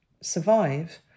survive